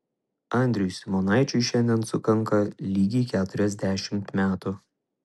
andriui simonaičiui šiandien sukanka lygiai keturiasdešimt metų